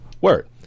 word